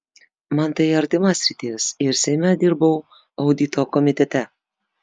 man tai artima sritis ir seime dirbau audito komitete